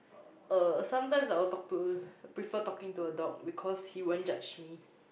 uh sometimes I will talk to prefer talking to a dog because he won't judge me